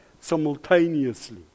simultaneously